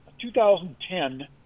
2010